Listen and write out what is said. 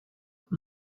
avec